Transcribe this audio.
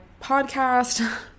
podcast